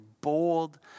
bold